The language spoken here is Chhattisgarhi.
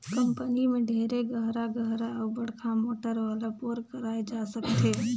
कंपनी में ढेरे गहरा गहरा अउ बड़का मोटर वाला बोर कराए जा सकथे